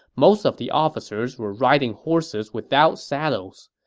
most of the officers were riding horses without saddles.